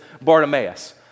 Bartimaeus